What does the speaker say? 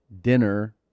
dinner